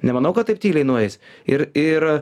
nemanau kad taip tyliai nueis ir ir